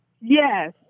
Yes